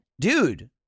Dude